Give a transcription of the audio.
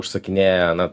užsakinėja na